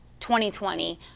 2020